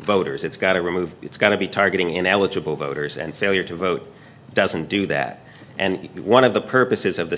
voters it's got to remove it's going to be targeting ineligible voters and failure to vote doesn't do that and one of the purposes of the